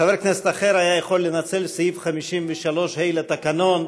חבר כנסת אחר היה יכול לנצל את סעיף 53(ה) לתקנון.